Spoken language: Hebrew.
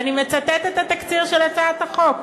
ואני מצטטת את התקציר של הצעת החוק: